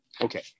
Okay